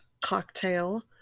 cocktail